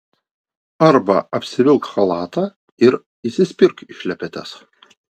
arba apsivilk chalatą ir įsispirk į šlepetes